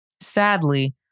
Sadly